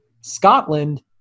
Scotland